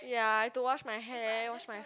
ya I have to wash my hair wash my